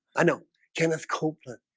i know kenneth copeland.